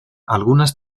algunas